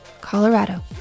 Colorado